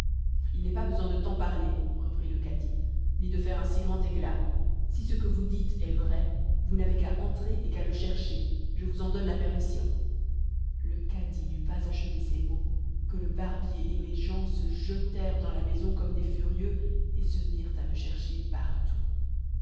il n'est pas besoin de tant parler reprit le cadi ni de faire un si grand éclat si ce que vous dites est vrai vous n'avez qu'à entrer et qu'à le chercher je vous en donne la permission le cadi n'eut pas achevé ces mots que le barbier et mes gens se jetèrent dans la maison comme des furieux et se mirent à me chercher partout